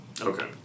Okay